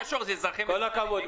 כל הכבוד.